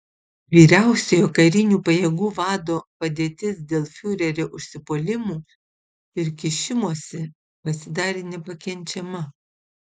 vyriausiojo karinių pajėgų vado padėtis dėl fiurerio užsipuolimų ir kišimosi pasidarė nepakenčiama